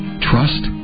trust